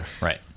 Right